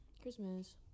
Christmas